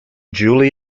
julie